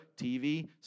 TV